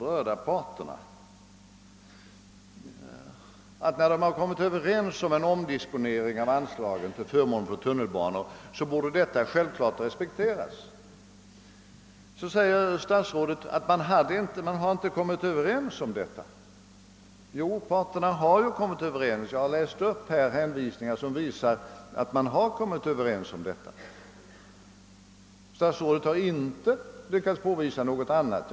När kommunerna kommit överens om en omdisponering av anslagen till förmån för tunnelbanor, så borde detta självfallet respekteras. Statsrådet påstår att man inte träffat någon sådan Överenskommelse. Jo, parterna har ingått en överenskommelse; jag har här läst upp dokument som visar det. Jag konstaterar att statsrådet inte har lyckats påvisa något annat.